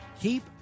keep